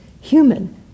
human